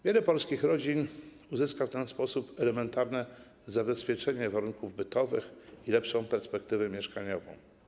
Wiele polskich rodzin uzyska w ten sposób elementarne zabezpieczenie warunków bytowych i lepszą perspektywę mieszkaniową.